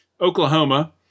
Oklahoma